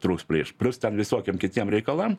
trūks plyš plius ten visokiem kitiem reikalam